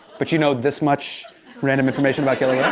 but you know this much random information about killer yeah